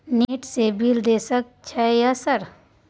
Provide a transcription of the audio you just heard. Net से bill देश सक छै यह सर?